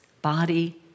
Body